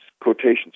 quotations